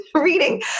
reading